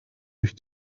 durch